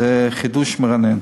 זה חידוש מרענן,